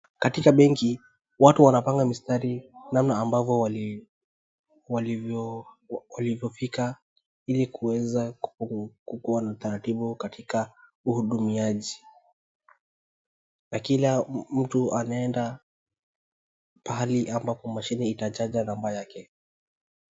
Katika benki watu wanapanga mstari namna ambavyo walivyofika ili kuweza kukuwa na utaratibu katika uhudumiaji, na kila mtu anaenda pahali ambapo mashine itataja namba yake.